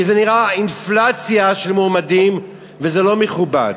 כי זה נראה אינפלציה של מועמדים וזה לא מכובד.